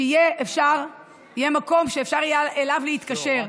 שיהיה מקום שאפשר יהיה להתקשר אליו.